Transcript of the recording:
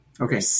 Okay